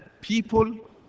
people